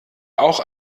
auch